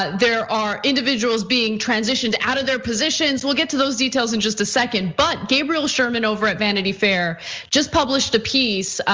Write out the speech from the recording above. there are individuals being transitioned out of their positions. we'll get to those details in just a second, but gabriel sherman over at vanity fair just published a piece.